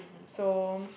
so